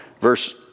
verse